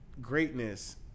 greatness